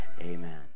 Amen